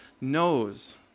knows